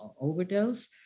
overdose